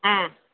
ஆ